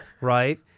right